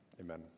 Amen